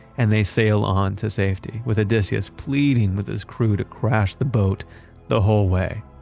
and they sail on to safety with odysseus pleading with his crew to crash the boat the whole way.